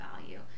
value